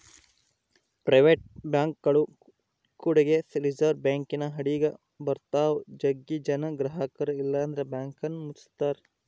private ಬ್ಯಾಂಕ್ಗಳು ಕೂಡಗೆ reserve ಬ್ಯಾಂಕಿನ ಅಡಿಗ ಬರುತ್ತವ, ಜಗ್ಗಿ ಜನ ಗ್ರಹಕರು ಇಲ್ಲಂದ್ರ ಬ್ಯಾಂಕನ್ನ ಮುಚ್ಚುತ್ತಾರ